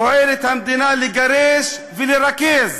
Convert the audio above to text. פועלת המדינה לגרש ולרכז,